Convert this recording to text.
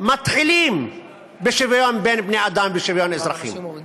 מתחילים בשוויון בין בני-אדם ובשוויון אזרחי.